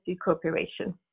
cooperation